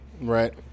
Right